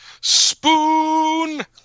spoon